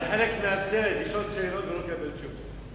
זה חלק מהסרט, לשאול שאלות ולא לקבל תשובות.